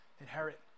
inherit